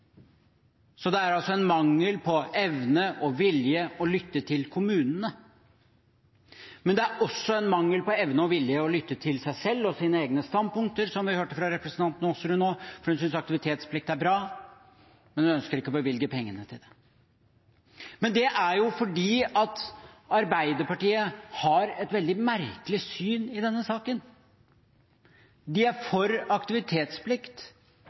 Så det er altså en mangel på evne og vilje til å lytte til kommunene. Men det er også en mangel på evne og vilje til å lytte til seg selv og sine egne standpunkter, slik vi hørte fra representanten Aasrud nå, for hun synes aktivitetsplikt er bra, men hun ønsker ikke å bevilge pengene til det. Arbeiderpartiet har et veldig merkelig syn i denne saken. De er for aktivitetsplikt,